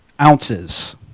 ounces